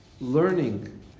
learning